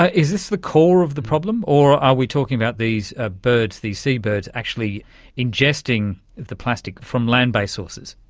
ah is this the core of the problem, or are we talking about these ah birds, these seabirds actually ingesting the plastic from land based sources?